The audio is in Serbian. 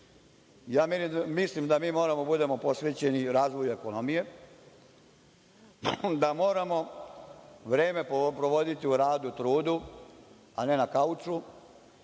napolje. Mislim da mi moramo da budemo posvećeni razvoju ekonomije, da moramo vreme provoditi u radu i trudu, a ne na kauču.